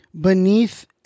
beneath